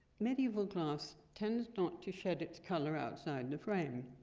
medieval class tends not to shed its color outside the frame.